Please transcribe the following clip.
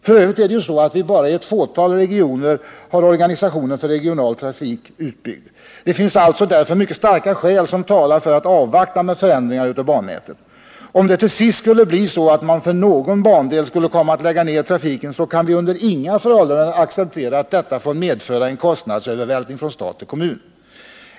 F. ö. är det ju så att vi bara i ett fåtal regioner har organisationen för regional trafik utbyggd. Det finns alltså därför mycket starka skäl som talar för att avvakta med förändringar av bannätet. Om det till sist skulle bli så att man för någon bandel skulle komma att lägga ned trafiken kan vi under inga förhållanden acceptera att detta får medföra en kostnadsövervältring från stat till kommun.